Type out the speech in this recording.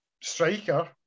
Striker